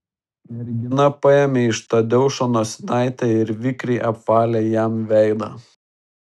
mergina paėmė iš tadeušo nosinaitę ir vikriai apvalė jam veidą